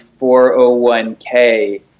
401k